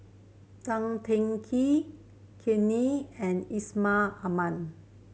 Tan Teng Kee Kam Ning and Yusman Aman